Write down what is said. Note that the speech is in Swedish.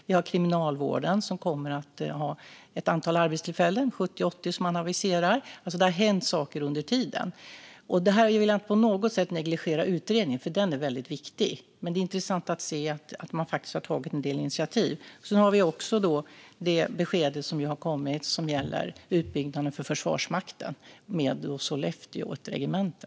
Det gäller också 70-80 arbetstillfällen som Kriminalvården aviserat. Det har alltså hänt saker under tiden. Jag vill inte på något sätt negligera utredningen, för den är väldigt viktig, men det är intressant att det faktiskt har tagits en del initiativ. Sedan har vi också det besked som har kommit gällande Försvarsmaktens utbyggnad i Sollefteå med ett regemente.